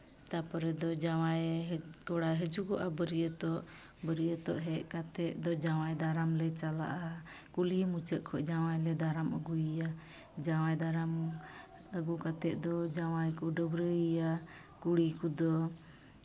ᱛᱟᱨᱯᱚᱨᱮ ᱫᱚ ᱡᱟᱶᱟᱭ ᱠᱚᱲᱟ ᱦᱤᱡᱩᱜᱚᱜᱼᱟ ᱵᱟᱹᱨᱭᱟᱹᱛᱚᱜ ᱵᱟᱹᱨᱭᱟᱹᱛᱚᱜ ᱦᱮᱡ ᱠᱟᱛᱮᱫ ᱫᱚ ᱡᱟᱶᱟᱭ ᱫᱟᱨᱟᱢ ᱞᱮ ᱪᱟᱞᱟᱜᱼᱟ ᱠᱩᱞᱦᱤ ᱢᱩᱪᱟᱹᱫ ᱠᱷᱚᱡ ᱡᱟᱶᱟᱭ ᱞᱮ ᱫᱟᱨᱟᱢ ᱟᱹᱜᱩᱭᱮᱭᱟ ᱡᱟᱶᱟᱭ ᱫᱟᱨᱟᱢ ᱟᱹᱜᱩ ᱠᱟᱛᱮᱫ ᱫᱚ ᱡᱟᱶᱟᱭ ᱠᱚ ᱰᱟᱹᱵᱽᱨᱟᱹᱭᱮᱭᱟ ᱠᱩᱲᱤ ᱠᱚᱫᱚ